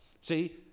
See